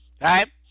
right